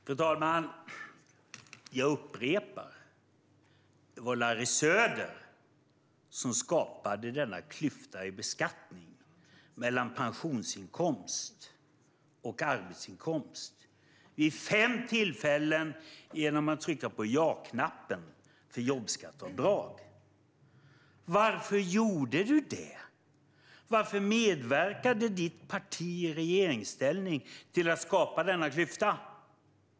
Fru talman! Jag upprepar: Det var Larry Söder som skapade denna klyfta i beskattning mellan pensionsinkomst och arbetsinkomst genom att vid fem tillfällen trycka på ja-knappen när det gällde jobbskatteavdrag. Varför gjorde du det? Varför medverkade ditt parti i regeringsställning till att skapa denna klyfta?